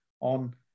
on